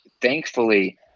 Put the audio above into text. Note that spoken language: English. thankfully